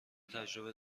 تجربه